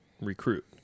recruit